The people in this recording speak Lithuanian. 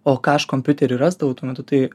o ką aš kompiutery rasdavau tuo metu tai